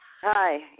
Hi